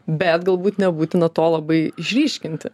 bet galbūt nebūtina to labai išryškinti